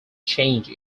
change